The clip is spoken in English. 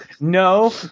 No